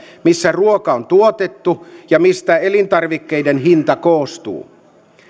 missä ruoka on tuotettu ja mistä elintarvikkeiden hinta koostuu